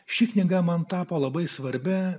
ši knyga man tapo labai svarbi